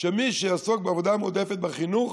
שמי שיעסוק בעבודה מועדפת בחינוך,